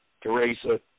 Teresa